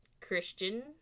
Christian